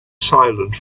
silent